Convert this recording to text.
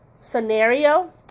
scenario